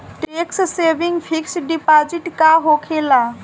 Tax saving fix deposit का होखे ला?